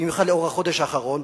במיוחד לאור החודש האחרון,